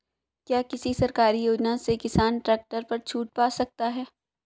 क्या किसी सरकारी योजना से किसान ट्रैक्टर पर छूट पा सकता है?